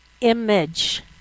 image